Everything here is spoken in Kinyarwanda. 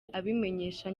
abimenyesha